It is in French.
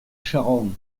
charron